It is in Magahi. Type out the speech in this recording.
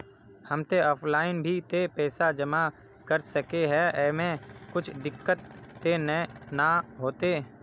हम ते ऑफलाइन भी ते पैसा जमा कर सके है ऐमे कुछ दिक्कत ते नय न होते?